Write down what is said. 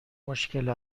مشکل